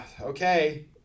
Okay